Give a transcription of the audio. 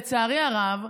לצערי הרב,